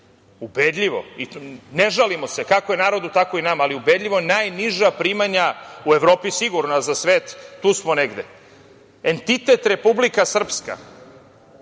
ubedljivo i ne žalimo se, kako je narodu tako je i nama, ali ubedljivo najniža primanja u Evropi sigurno, a za svet tu smo negde. Entitet Republika Srpska,